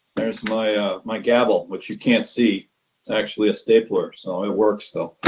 there's my ah my gavel, which you can't see. it's actually a stapler. so it works though.